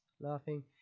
laughing